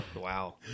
Wow